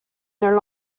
their